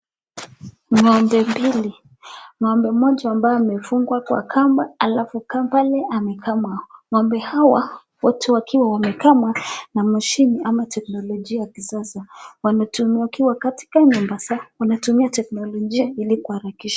Ng'ombe mbili, ng'ombe moja ambaye amefungwa kwa kamba, alafu amekaa pale, amekamwa, ng'ombe hawa wote wakiwa wamekamwa na mashine ama teknologia ya kisasa, wanatumia wakiwa nyumba za..wanatumia teknologia ili kuharakisha.